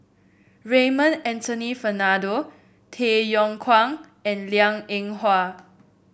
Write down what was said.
Raymond Anthony Fernando Tay Yong Kwang and Liang Eng Hwa